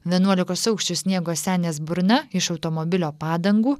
vienuolikos aukščio sniego senės burna iš automobilio padangų